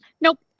Nope